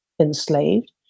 enslaved